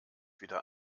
wieder